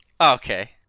Okay